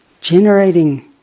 Generating